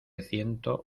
ciento